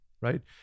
right